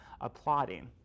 applauding